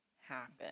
happen